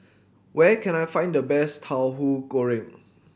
where can I find the best Tauhu Goreng